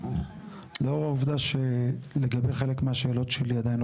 לאור העובדה שלגבי חלק מהשאלות שלי עדיין לא